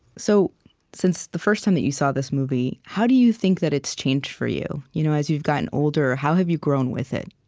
so since the first time you saw this movie, how do you think that it's changed for you you know as you've gotten older? how have you grown with it?